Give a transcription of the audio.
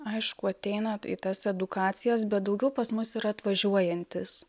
aišku ateina į tas edukacijas bet daugiau pas mus yra atvažiuojantys